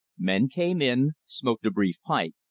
men came in, smoked a brief pipe,